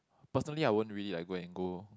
personally I won't really like go and go